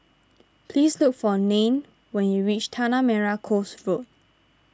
please look for Nanie when you reach Tanah Merah Coast Road